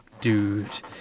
dude